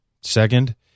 Second